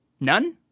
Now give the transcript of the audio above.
None